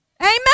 Amen